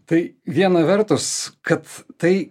tai viena vertus kad tai